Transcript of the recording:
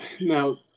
Now